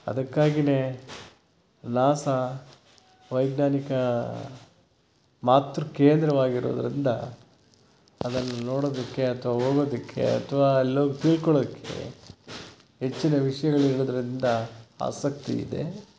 ಅದಕ್ಕಾಗಿನೇ NASA ವೈಜ್ಞಾನಿಕ ಮಾತೃ ಕೇಂದ್ರವಾಗಿರೋದರಿಂದ ಅದನ್ನು ನೋಡೋದಕ್ಕೆ ಅಥವಾ ಹೋಗೋದಕ್ಕೆ ಅಥವಾ ಅಲ್ಲಿ ಹೋಗಿ ತಿಳ್ಕೊಳ್ಳೋಕ್ಕೆ ಹೆಚ್ಚಿನ ವಿಷಯಗಳಿರುವುದ್ರಿಂದ ಆಸಕ್ತಿಯಿದೆ